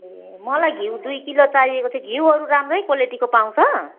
ए मलाई घिउ दुई किलो चाहिएको थियो घिउहरू राम्रै क्वालिटीको पाउँछ